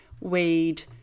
weed